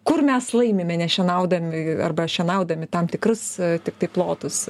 kur mes laimime nešienaudami arba šienaudami tam tikrus tiktai plotus